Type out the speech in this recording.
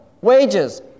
wages